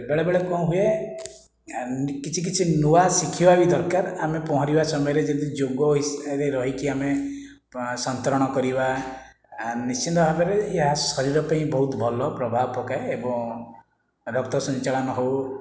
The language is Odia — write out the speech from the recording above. ବେଳେ ବେଳେ କ'ଣ ହୁଏ କିଛି କିଛି ନୂଆ ଶିଖିବା ବି ଦରକାର ଆମେ ପହଁରିବା ସମୟରେ ଯଦି ଯୋଗ ହିସାବରେ ରହିକି ଆମେ ସନ୍ତରଣ କରିବା ନିଶ୍ଚିନ୍ତ ଭାବରେ ଏହା ଶରୀର ପାଇଁ ବହୁତ ଭଲ ପ୍ରଭାବ ପକାଏ ଏବଂ ରକ୍ତ ସଞ୍ଚାଳନ ହେଉ